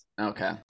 Okay